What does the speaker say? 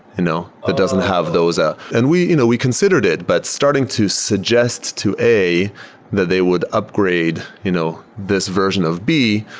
you know ah doesn't have those ah and we you know we considered it, but starting starting to suggest to a that they would upgrade you know this version of b.